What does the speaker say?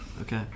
Okay